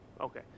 okay